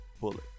bullet